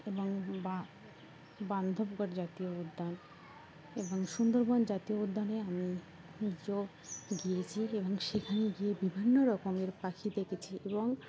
এবং বা বান্ধবগড় জাতীয় উদ্যান এবং সুন্দরবন জাতীয় উদ্যানে আমি নিজও গিয়েছি এবং সেখানে গিয়ে বিভিন্ন রকমের পাখি দেখেছি এবং